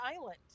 Island